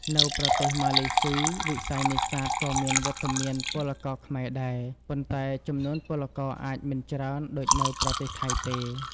នៅប្រទេសម៉ាឡេស៊ី វិស័យនេសាទក៏មានវត្តមានពលករខ្មែរដែរ ប៉ុន្តែចំនួនពលករអាចមិនច្រើនដូចនៅប្រទេសថៃទេ។